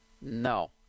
No